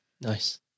Nice